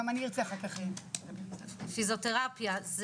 על הפיזיותרפיה.